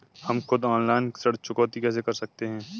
हम खुद ऑनलाइन ऋण चुकौती कैसे कर सकते हैं?